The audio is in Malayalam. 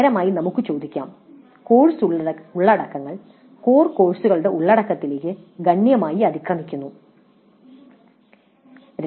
പകരമായി നമുക്ക് ചോദ്യം ചോദിക്കാം "കോഴ്സ് ഉള്ളടക്കങ്ങൾ കോർ കോഴ്സുകളുടെ ഉള്ളടക്കത്തിലേക്ക് ഗണ്യമായി അതിക്രമിക്കുന്നു"